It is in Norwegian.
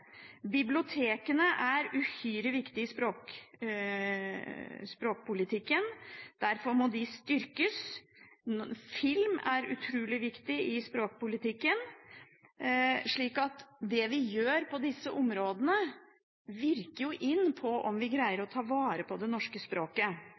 Bibliotekene er uhyre viktig i språkpolitikken. Derfor må de styrkes. Film er utrolig viktig i språkpolitikken. Det vi gjør på disse områdene, virker inn på om vi greier